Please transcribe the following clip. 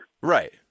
Right